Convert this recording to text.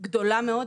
גדולה מאוד,